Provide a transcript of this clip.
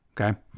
Okay